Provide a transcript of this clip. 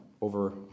over